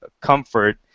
comfort